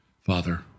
Father